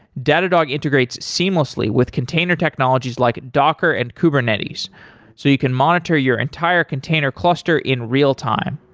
datadog integrates seamlessly with container technologies like docker and kubernetes so you can monitor your entire container cluster in real-time.